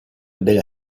della